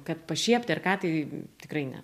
kad pašiepti ar ką tai tikrai ne